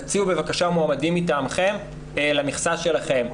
תציעו בבקשה מועמדים מטעמכם למכסה שלכם.